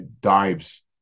dives